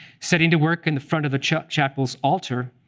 setting to work in the front of the chapel's altar,